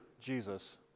Jesus